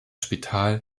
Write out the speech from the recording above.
spital